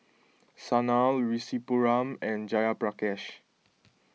Sanal Rasipuram and Jayaprakash